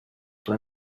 però